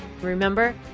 Remember